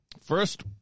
First